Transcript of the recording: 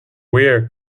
weir